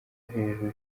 hejuru